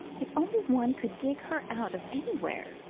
if only one could dig her out of anywhere,